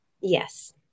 Yes